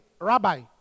Rabbi